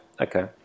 okay